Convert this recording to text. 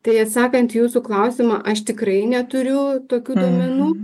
tai atsakant į jūsų klausimą aš tikrai neturiu tokių duomenų